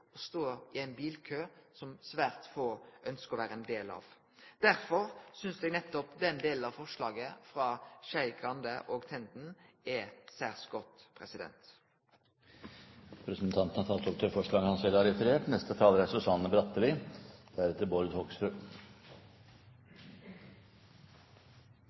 å stå i ein bilkø som svært få ønskjer å vere ein del av. Derfor synest eg nettopp den delen av forslaget frå Skei Grande og Tenden er særs godt. Representanten Knut Arild Hareide har tatt opp de forslagene han selv refererte til. Belønningsordningen for kollektivtransport er